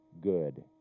good